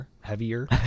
heavier